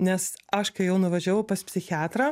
nes aš kai jau nuvažiavau pas psichiatrą